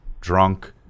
drunk